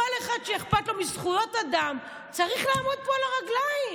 כל אחד שאכפת לו מזכויות אדם צריך להיות פה על הרגליים.